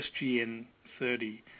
SGN30